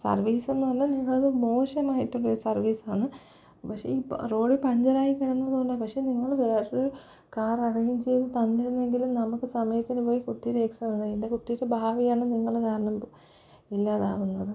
സർവീസെന്നു പറഞ്ഞാൽ നിങ്ങൾ മോശമായിട്ടുള്ള സർവീസാണ് പക്ഷെ ഇപ്പം റോഡ് പഞ്ചറായിക്കിടന്നതുകൊണ്ടാണ് പക്ഷെ നിങ്ങൾ വേറൊരു കാർ അറേയ്ഞ്ച് തന്നിരുന്നെങ്കിൽ നമുക്ക് സമയത്തിനു പോയി കുട്ടിയുടെ എക്സാമെഴുതാമായിരുന്നു എന്റെ കുട്ടിയുടെ ഭാവിയാണ് നിങ്ങൾ കാരണം ഇല്ലാതാകുന്നത്